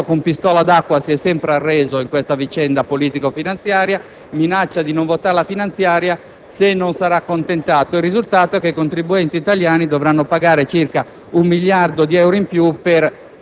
minacciato, com'è stato molto spesso, con pistole ad acqua, si è sempre arreso in questa vicenda politico finanziaria), di non votare la finanziaria se non sarà accontentato. Il risultato è che i contribuenti italiani dovranno pagare circa